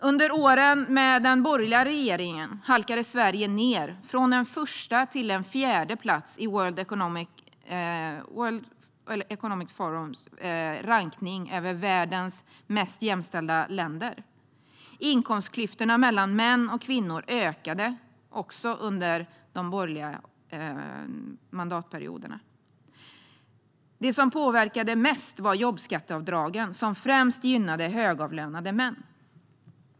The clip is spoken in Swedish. Under åren med den borgerliga regeringen halkade Sverige ned från första till fjärde plats i World Economic Forums rankning över världens mest jämställda länder. Inkomstklyftorna mellan män och kvinnor ökade också under de borgerliga mandatperioderna. Det som påverkade mest var jobbskatteavdragen, som främst gynnande högavlönade män.